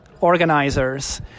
organizers